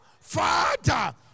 Father